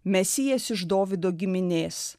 mesijas iš dovydo giminės